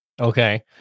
Okay